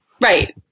Right